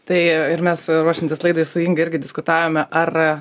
tai ir mes ruošiantis laidai su inga irgi diskutavome ar